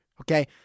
okay